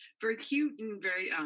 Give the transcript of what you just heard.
very cute and very,